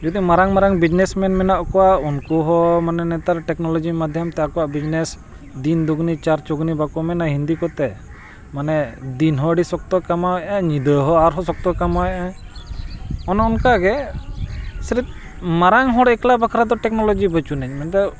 ᱡᱩᱫᱤ ᱢᱟᱨᱟᱝ ᱢᱟᱨᱟᱝ ᱵᱤᱡᱽᱱᱮᱥᱢᱮᱱ ᱢᱮᱱᱟᱜ ᱠᱚᱣᱟ ᱩᱱᱠᱩ ᱦᱚᱸ ᱢᱟᱱᱮ ᱱᱮᱛᱟᱨ ᱴᱮᱠᱱᱳᱞᱚᱡᱤ ᱢᱟᱫᱽᱫᱷᱚᱢ ᱛᱮ ᱟᱠᱚᱣᱟᱜ ᱵᱤᱡᱽᱱᱮᱥ ᱫᱤᱱ ᱫᱩᱜᱽᱱᱤ ᱪᱟᱨ ᱪᱚᱜᱽᱱᱤ ᱵᱟᱠᱚ ᱢᱮᱱᱟ ᱦᱤᱱᱫᱤ ᱠᱚᱛᱮ ᱢᱟᱱᱮ ᱫᱤᱱ ᱦᱚᱸ ᱟᱹᱰᱤ ᱥᱚᱠᱛᱚ ᱠᱟᱢᱟᱣᱮᱜᱼᱟᱭ ᱧᱤᱫᱟᱹ ᱦᱚᱸ ᱟᱨᱦᱚᱸ ᱥᱚᱠᱛᱚᱭ ᱠᱟᱢᱟᱣᱮᱜᱼᱟᱭ ᱚᱱᱮ ᱚᱱᱠᱟ ᱜᱮ ᱥᱮᱨᱮᱯᱷ ᱢᱟᱨᱟᱝ ᱦᱚᱲ ᱮᱠᱞᱟ ᱵᱟᱠᱷᱨᱟ ᱫᱚ ᱴᱮᱠᱱᱳᱞᱚᱡᱤ ᱵᱟᱹᱱᱩᱜ ᱟᱹᱱᱤᱡᱽ ᱢᱮᱱ ᱫᱚ